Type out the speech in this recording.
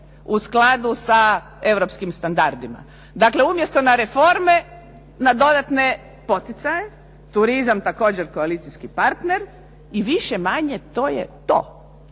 u skladu sa europskim standardima. Dakle, umjesto na reforme, na dodatne poticaje. Turizam također koalicijski partner i više-manje to je to.